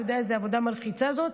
אתה יודע איזו עבודה מלחיצה זאת?